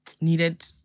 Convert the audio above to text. needed